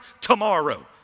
tomorrow